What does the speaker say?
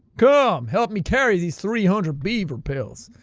come, help me carry these three hundred beaver pelts.